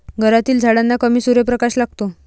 घरातील झाडांना कमी सूर्यप्रकाश लागतो